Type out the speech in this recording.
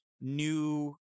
new